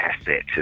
asset